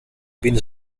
ben